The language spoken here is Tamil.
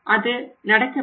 அது நடக்க வேண்டும்